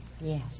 Yes